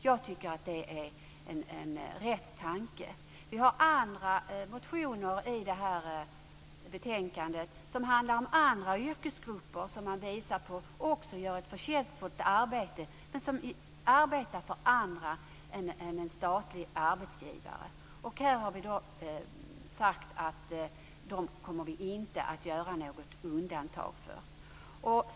Jag tycker att det är rätt tanke. Vi har andra motioner i det här betänkandet, som handlar om andra yrkesgrupper som man visar på också gör ett förtjänstfullt arbete, men som arbetar för andra än en statlig arbetsgivare. Här har vi då sagt att vi inte kommer att göra något undantag för dem.